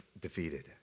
defeated